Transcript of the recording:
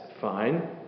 fine